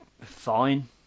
Fine